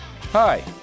Hi